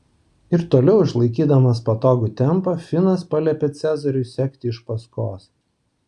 ir toliau išlaikydamas patogų tempą finas paliepė cezariui sekti iš paskos